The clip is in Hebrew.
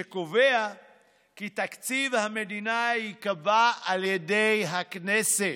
שקובע כי תקציב המדינה ייקבע על ידי הכנסת"